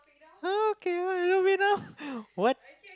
okay love me now what